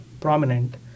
prominent